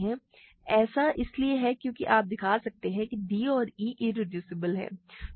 ऐसा इसलिए है क्योंकि आप दिखा सकते हैं कि d और e इरेड्यूसबल हैं